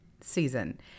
season